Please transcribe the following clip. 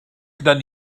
gyda